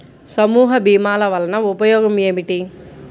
సమూహ భీమాల వలన ఉపయోగం ఏమిటీ?